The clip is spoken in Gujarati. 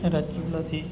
રાજજુલાથી